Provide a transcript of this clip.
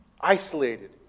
isolated